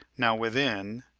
now within,